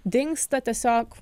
dingsta tiesiog